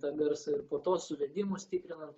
tą garsą ir po to suvedimus tikrinant